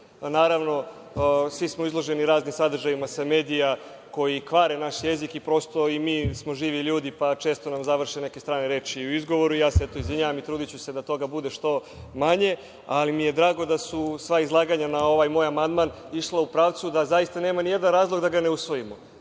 Naravno, svi smo izloženi raznim sadržajima sa medija koji kvare naš jezik. Prosto, i mi smo živi ljudi, pa često nam završe neke strane reči u izgovoru. Izvinjavam se i trudiću se da toga bude što manje. Drago mi je da su sa izlaganja na ovaj moj amandman išlo u pravcu da zaista nema nijedan razlog da ga ne usvojimo,